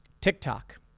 TikTok